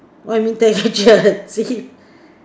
what you mean time captured